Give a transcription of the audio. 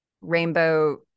rainbow